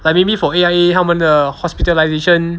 like maybe for A_I_A 他们的 hospitalisation